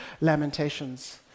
Lamentations